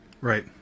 Right